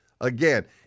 again